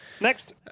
Next